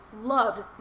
loved